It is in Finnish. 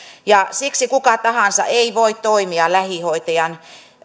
siksi kuka tahansa ei voi toimia lähihoitajan